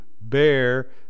bear